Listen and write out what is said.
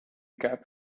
cap